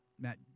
Matt